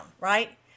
right